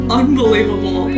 unbelievable